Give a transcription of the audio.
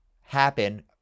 happen